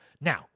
Now